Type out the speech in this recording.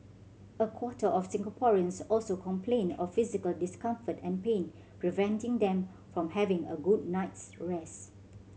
a quarter of Singaporeans also complained of physical discomfort and pain preventing them from having a good night's rest